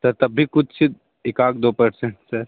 sir तब भी कुछ एक आध दो परसेंट परसेंट सर